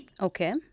Okay